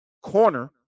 corner